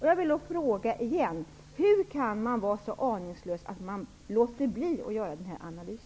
Jag vill återigen fråga: Hur kan man var så aningslös att man låter bli att göra denna analys?